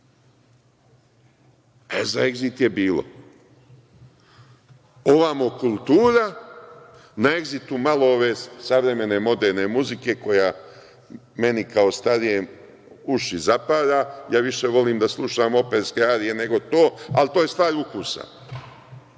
Za „Egzit“ je bilo. Ovamo kultura. Na „Egzitu“ malo ove savremene, moderne muzike koja meni kao starijem uši zapara. Ja više volim da slušam operske arije nego to, ali to je stvar ukusa.